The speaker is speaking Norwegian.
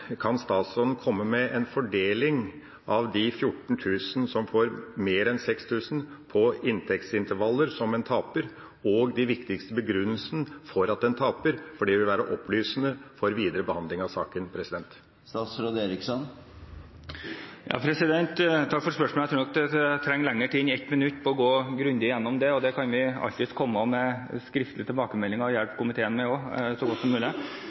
Kan statsråden komme med en fordeling av de 14 000 som får mer enn 6 000 kr på inntektsintervaller som en taper, og hva er den viktigste begrunnelsen for at en taper? Dette vil være opplysende for videre behandling av saken. Takk for spørsmålet. Jeg trenger nok lengre tid enn 1 minutt for å gå grundig igjennom dette. Jeg kan alltids komme med en skriftlig tilbakemelding for å hjelpe komiteen så godt som mulig.